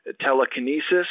telekinesis